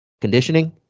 conditioning